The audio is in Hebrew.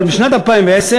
אבל בשנת 2010,